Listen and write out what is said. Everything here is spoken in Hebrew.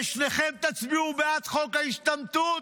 ושניכם תצביעו בעד חוק ההשתמטות.